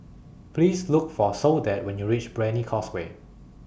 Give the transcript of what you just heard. Please Look For Soledad when YOU REACH Brani Causeway